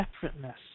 separateness